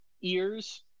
ears